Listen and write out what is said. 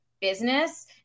business